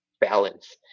balance